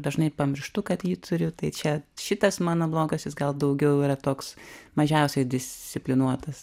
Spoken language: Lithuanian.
dažnai pamirštu kad jį turiu tai čia šitas mano blogas jis gal daugiau yra toks mažiausiai disciplinuotas